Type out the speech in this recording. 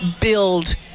build